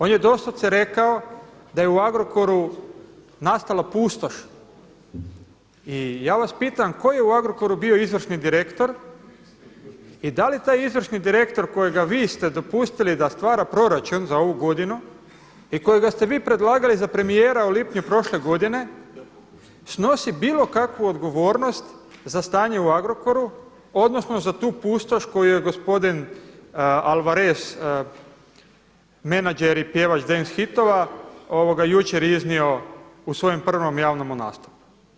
On je doslovce rekao da je u Agrokoru nastala pustoš i ja vas pitam tko je u Agrokoru bio izvršni direktor i da li taj izvršni direktor kojega vi ste dopustili da stvara proračun za ovu godinu i kojega ste vi predlagali za premijera u lipnju prošle godine, snosi bilo kakvu odgovornost za stanje u Agrokoru odnosno za tu pustoš koju je gospodin Alvarez menadžer i pjevaš dance hitova jučer iznio u svojem prvom javnom nastupu.